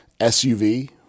suv